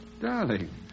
Darling